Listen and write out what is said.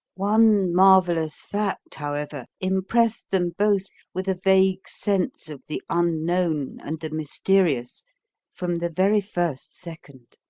one marvellous fact, however, impressed them both with a vague sense of the unknown and the mysterious from the very first second.